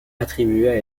attribuée